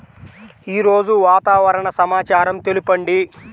ఈరోజు వాతావరణ సమాచారం తెలుపండి